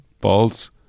balls